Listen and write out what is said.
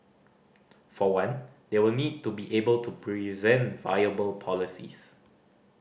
for one they will need to be able to present viable policies